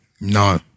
no